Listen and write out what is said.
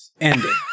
ending